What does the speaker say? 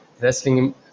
wrestling